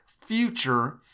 future